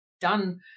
done